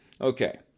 Okay